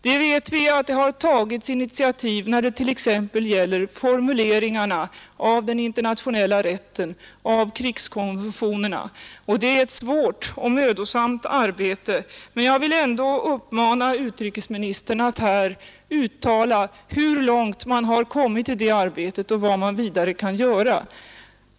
Vi vet att det har tagits initiativ när det t.ex. gäller formuleringarna av den internationella rätten, av krigskonventionerna, och det är ett svårt och mödosamt arbete. Men jag vill ändå uppmana utrikesministern att här tala om hur långt man har kommit i det arbetet och vad man vidare kan göra.